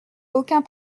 aucun